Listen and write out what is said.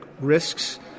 risks